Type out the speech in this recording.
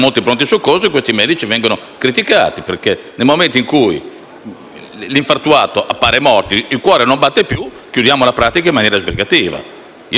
infartuato appare morto e il cuore non batte più, si chiude la pratica in maniera sbrigativa. Io, invece, sono per una cultura che non chiuda la pratica in maniera sbrigativa.